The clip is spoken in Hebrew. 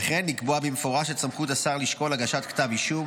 וכן לקבוע במפורש את סמכות השר לשקול הגשת כתב אישום